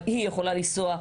היא יכולה לנסוע,